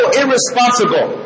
irresponsible